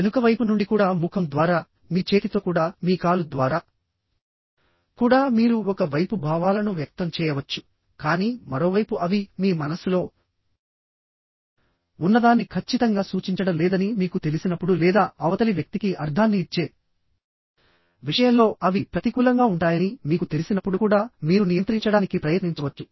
వెనుక వైపు నుండి కూడా ముఖం ద్వారా మీ చేతితో కూడా మీ కాలు ద్వారా కూడా మీరు ఒక వైపు భావాలను వ్యక్తం చేయవచ్చు కానీ మరోవైపు అవి మీ మనస్సులో ఉన్నదాన్ని ఖచ్చితంగా సూచించడం లేదని మీకు తెలిసినప్పుడు లేదా అవతలి వ్యక్తికి అర్థాన్ని ఇచ్చే విషయంలో అవి ప్రతికూలంగా ఉంటాయని మీకు తెలిసినప్పుడు కూడా మీరు నియంత్రించడానికి ప్రయత్నించవచ్చు